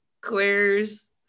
Claire's